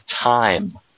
time